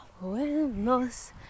buenos